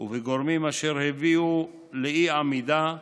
והגורמים אשר הביאו לאי-עמידה,